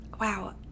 Wow